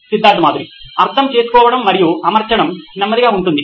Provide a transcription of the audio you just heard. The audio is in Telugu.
సిద్ధార్థ్ మాతురి CEO నోయిన్ ఎలక్ట్రానిక్స్ అర్థం చేసుకోవడం మరియు అమర్చడం నెమ్మదిగా ఉంటుంది